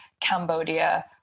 Cambodia